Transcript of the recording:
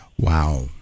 Wow